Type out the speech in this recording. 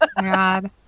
god